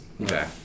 okay